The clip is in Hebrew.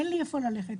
אין לי לאיפה ללכת.